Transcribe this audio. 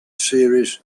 series